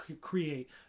create